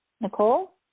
Nicole